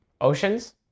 oceans